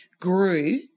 grew